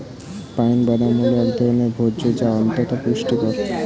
pine বাদাম হল এক ধরনের ভোজ্য যা অত্যন্ত পুষ্টিকর